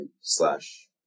slash